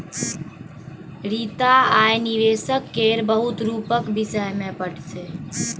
रीता आय निबेशक केर बहुत रुपक विषय मे पढ़तै